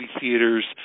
theaters